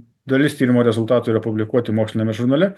dalis tyrimo rezultatų yra publikuoti moksliniame žurnale